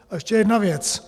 A ještě jedna věc.